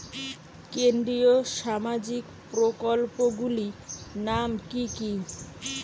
কেন্দ্রীয় সামাজিক প্রকল্পগুলি নাম কি কি?